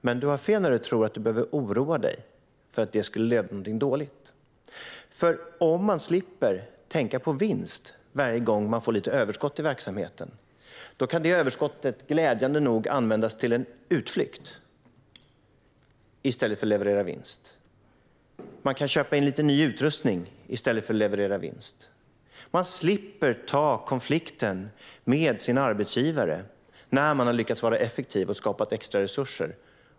Men du har fel när du tror att du behöver oroa dig för att det skulle leda till någonting dåligt. Om man slipper att tänka på vinst varje gång som man får lite överskott i verksamheten kan det överskottet glädjande nog användas till en utflykt i stället för att leverera vinst. Man kan köpa in lite ny utrustning i stället för att leverera vinst. Man slipper att ta konflikten med sin arbetsgivare om lojaliteten när man har varit effektiv och lyckats skapa extra resurser.